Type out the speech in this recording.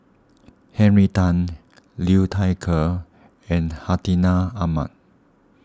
Henry Tan Liu Thai Ker and Hartinah Ahmad